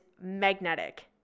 magnetic